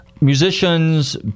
musicians